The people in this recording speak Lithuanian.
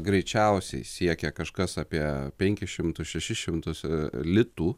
greičiausiai siekė kažkas apie penkis šimtus šešis šimtus litų